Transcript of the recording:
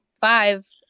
five